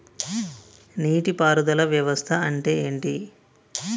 నీటి పారుదల వ్యవస్థ అంటే ఏంటి?